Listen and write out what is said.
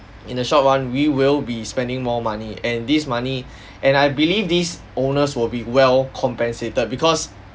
in a short one we will be spending more money and this money and I believe these owners will be well compensated because